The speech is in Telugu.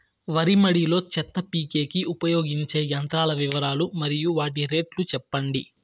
వరి మడి లో చెత్త పీకేకి ఉపయోగించే యంత్రాల వివరాలు మరియు వాటి రేట్లు చెప్పండి?